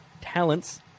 talents